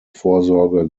vorsorge